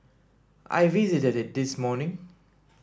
I visited it this morning